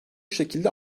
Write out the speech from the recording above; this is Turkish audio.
şekilde